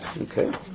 Okay